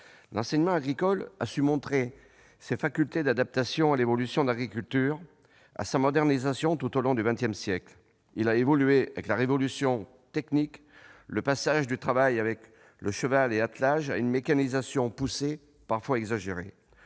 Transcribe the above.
L'enseignement agricole a su montrer ses facultés d'adaptation à l'évolution de l'agriculture, à la modernisation de celle-ci au long du XX siècle. Il a évolué avec la révolution technique et le passage du travail avec cheval et attelage à une mécanisation poussée, parfois exagérée.